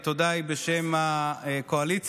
התודה היא בשם הקואליציה,